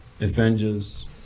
Avengers